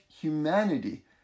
humanity